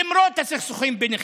למרות הסכסוכים ביניכם,